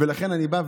ולכן אני אומר,